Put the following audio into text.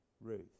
Ruth